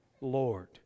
Lord